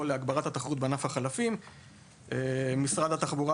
להגברת התחרותיות בענף החלפים; משרד התחבורה,